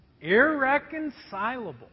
Irreconcilable